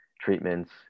treatments